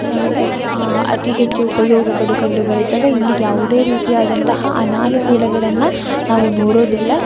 ನಮಗೆ ಅತೀ ಹೆಚ್ಚು ಉಪಯೋಗಗಳು ಕಂಡುಬರುತ್ತವೆ ಇಲ್ಲಿ ಯಾವುದೇ ರೀತಿಯಾದಂತಹ ಅನಾನುಕೂಲಗಳನ್ನು ನಾವು ನೋಡೋದಿಲ್ಲ